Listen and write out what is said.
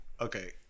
Okay